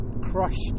crushed